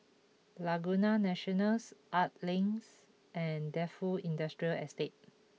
Laguna Nationals Art Links and Defu Industrial Estate